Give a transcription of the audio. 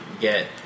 get